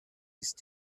ist